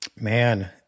Man